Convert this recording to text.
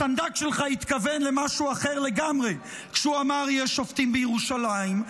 הסנדק שלך התכוון למשהו אחר לגמרי כשהוא אמר "יש שופטים בירושלים";